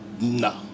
No